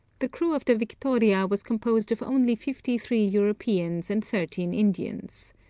the crew of the victoria was composed of only fifty-three europeans and thirteen indians.